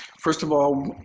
first of all,